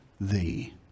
thee